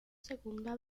segunda